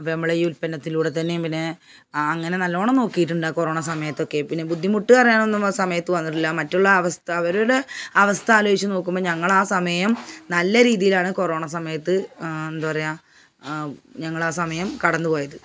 അപ്പം നമ്മളീ ഉത്പന്നത്തിലൂടെ തന്നെയും പിന്നെ അങ്ങനെ നല്ലവണ്ണം നോക്കിയിട്ടുണ്ടാ കൊറോണ സമയത്തൊക്കെയും പിന്നെ ബുദ്ധിമുട്ട് പറയാനൊന്നും ആ സമയത്ത് വന്നിട്ടില്ല മറ്റുള്ള അവസ്ഥ അവരുടെ അവസ്ഥ ആലോചിച്ച് നോക്കുമ്പോൾ ഞങ്ങളാ സമയം നല്ല രീതിയിലാണ് കൊറോണ സമയത്ത് എന്താ പറയുക ഞങ്ങളാ സമയം കടന്നു പോയത്